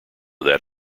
that